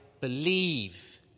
believe